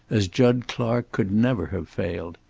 as jud clark could never have failed.